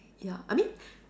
ya I mean